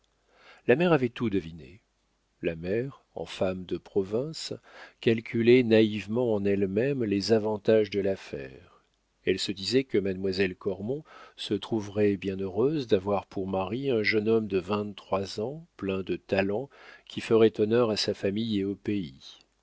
la mère avait tout deviné la mère en femme de province calculait naïvement en elle-même les avantages de l'affaire elle se disait que mademoiselle cormon se trouverait bien heureuse d'avoir pour mari un jeune homme de vingt-trois ans plein de talent qui ferait honneur à sa famille et au pays